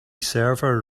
server